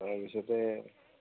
তাৰ পিছতে